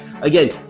Again